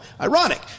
Ironic